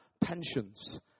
pensions